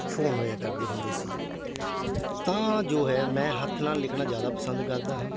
phone ਹੋਇਆ ਕਰਦੇ ਹੁੰਦੇ ਸੀ ਜੀ ਤਾਂ ਜੋ ਹੈ ਮੈਂ ਹੱਥ ਨਾਲ਼ ਲਿਖਣਾ ਜ਼ਿਆਦਾ ਪਸੰਦ ਕਰਦਾ ਹਾਂ